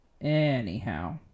anyhow